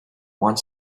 want